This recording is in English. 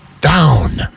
down